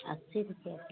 अस्सी रुपया